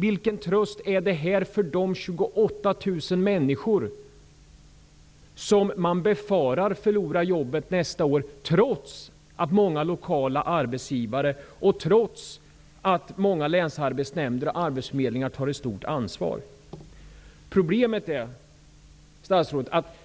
Vilken tröst är detta för de 28 000 människor som man befarar förlorar jobbet nästa år, trots att många lokala arbetsgivare, länsarbetsnämnder och arbetsförmedlingar tar ett stort ansvar? Problemet är, statsrådet, att